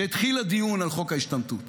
כשהתחיל הדיון על חוק ההשתמטות